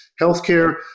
healthcare